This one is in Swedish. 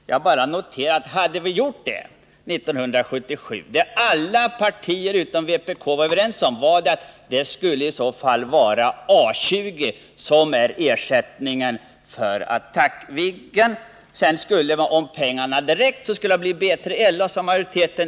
Jag vill bara notera att om vi hade kommit fram till ett beslut, så hade det stannat vid det som alla partier utom vpk var överens om, nämligen A 20, som ju var det som skulle ersätta Attackviggen. Om vi följt majoriteten i riksdagen hade vi därefter, om pengarna hade räckt, satsat på B3LA.